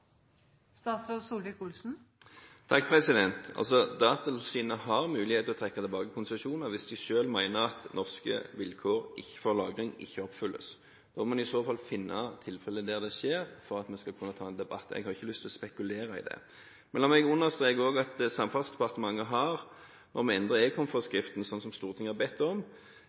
Datatilsynet har mulighet til å trekke tilbake konsesjoner hvis de selv mener at norske vilkår for lagring ikke oppfylles. Da må en i så fall finne tilfeller der det skjer, for at vi skal kunne ta en debatt. Jeg har ikke lyst til å spekulere om det. Men la meg også understreke at Samferdselsdepartementet har, om vi endrer Ekom-forskriften, sånn som Stortinget har bedt om,